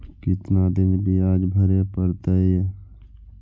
कितना दिन बियाज भरे परतैय?